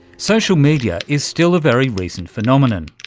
social media is still a very recent phenomenon.